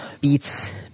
Beats